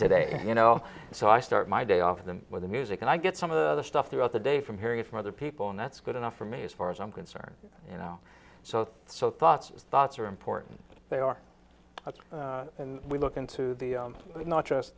today you know so i start my day off of them with the music and i get some of the stuff throughout the day from hearing from other people and that's good enough for me as far as i'm concerned you know so so thoughts thoughts are important they are and we look into the not just